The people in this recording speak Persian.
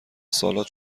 سالاد